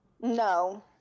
no